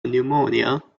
pneumonia